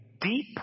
deep